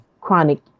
chronic